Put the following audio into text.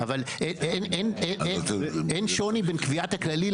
אין שוני בין קביעת הכללי,